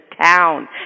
town